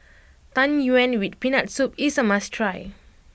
Tang Yuen with Peanut Soup is a must try